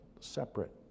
separate